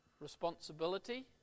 Responsibility